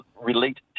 relate